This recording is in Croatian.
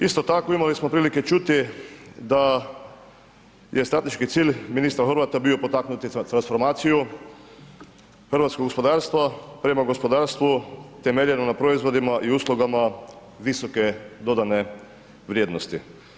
Isto tako imali smo prilike čuti da je strateški cilj ministra Horvata bio potaknuti transformaciju hrvatskog gospodarstva prema gospodarstvu temeljenom na proizvodima i uslugama visoke dodane vrijednosti.